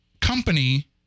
company